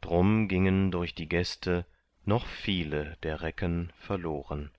drum gingen durch die gäste noch viele der recken verloren